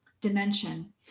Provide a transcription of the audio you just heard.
dimension